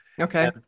Okay